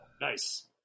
Nice